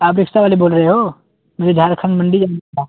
آپ رکشہ والے بول رہے ہو نیو جھارکھنڈ منڈی